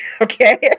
Okay